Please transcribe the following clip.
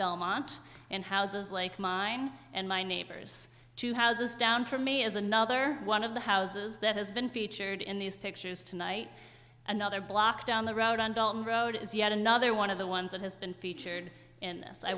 belmont and houses like mine and my neighbors two houses down from me is another one of the houses that has been featured in these pictures tonight another block down the road on dalton road is yet another one of the ones that has been featured